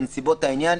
בנסיבות העניין,